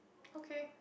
okay